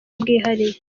bwihariye